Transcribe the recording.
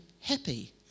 happy